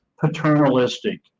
paternalistic